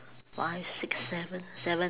five six seven seven